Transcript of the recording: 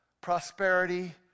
prosperity